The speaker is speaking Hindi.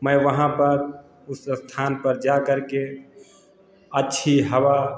मैं वहाँ पर उस स्थान पर जाकर के अच्छी हवा